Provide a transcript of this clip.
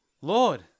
Lord